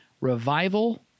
revival